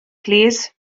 plîs